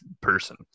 person